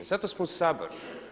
Zato smo u Saboru.